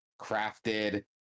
crafted